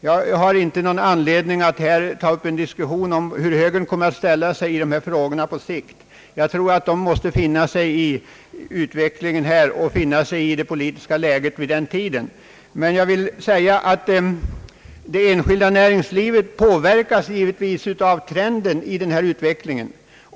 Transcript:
Jag har inte någon anledning att här diskutera hur högern kommer att ställa sig i dessa frågor på sikt. Jag tror att högern måste finna sig i utvecklingen och rätta sig efter det politiska läge som kommer att råda. Det enskilda näringslivet påverkas givetvis av trenden i utvecklingen.